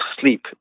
sleep